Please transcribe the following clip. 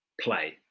play